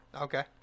Okay